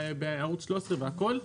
בערוץ 13 וכן הלאה.